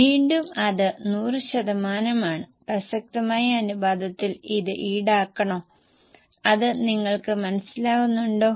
വീണ്ടും അത് 100 ശതമാനമാണ് പ്രസക്തമായ അനുപാതത്തിൽ ഇത് ഈടാക്കണോ അത് നിങ്ങൾക്ക് മനസിലാകുന്നുണ്ടോ